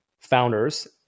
founders